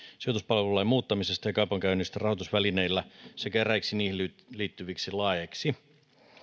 sijoituspalvelulain muuttamisesta ja kaupankäynnistä rahoitusvälineillä sekä eräiksi niihin liittyviksi laeiksi